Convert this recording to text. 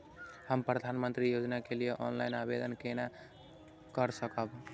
हम प्रधानमंत्री योजना के लिए ऑनलाइन आवेदन केना कर सकब?